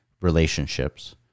relationships